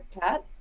cat